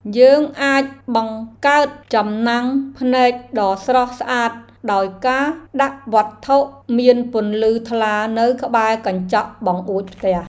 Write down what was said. យើងអាចបង្កើតចំណាំងភ្នែកដ៏ស្រស់ស្អាតដោយការដាក់វត្ថុមានពន្លឺថ្លានៅក្បែរកញ្ចក់បង្អួចផ្ទះ។